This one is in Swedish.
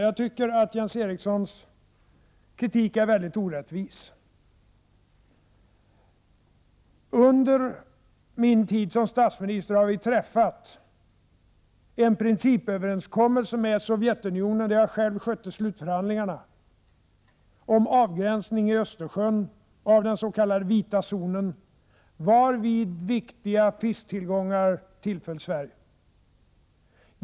Jag tycker att Jens Erikssons kritik är mycket orättvis. Under min tid som statsminister har vi träffat en principöverenskommelse med Sovjetunionen där jag själv skötte slutförhandlingarna om avgränsning i Östersjön av den s.k. vita zonen, varvid viktiga fisktillgångar tillföll Sverige.